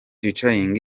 featuring